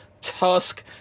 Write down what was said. Tusk